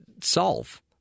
solve